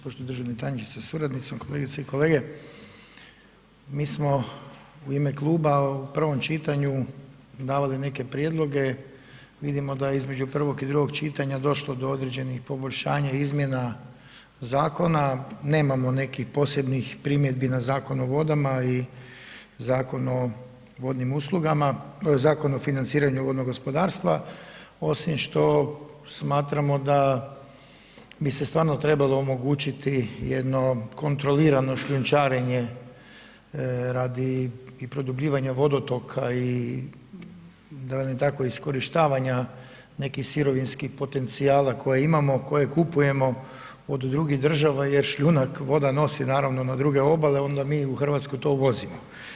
Poštovani državni tajniče sa suradnicom, kolegice i kolege, mi smo u ime kluba u prvom čitanju davali neke prijedloge, vidimo da je između prvog i drugog čitanja došlo do određenih poboljšanja i izmjena zakona, nemamo nekih posebnih primjedbi na Zakon o vodama i Zakon o vodnim uslugama, Zakon o financiranju vodnog gospodarstva osim što smatramo da bi se stvarno trebalo omogućiti jedno kontrolirano šljunčarenje radi i produbljivanja vodotoka i da velim tako iskorištavanja nekih sirovinskih potencijala koje imamo, koje kupujemo od drugih država jer šljunak voda nosi naravno na druge obale onda mi u Hrvatskoj to uvozimo.